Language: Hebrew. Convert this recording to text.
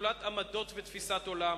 נטולת עמדות ותפיסת עולם,